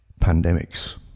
pandemics